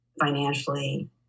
financially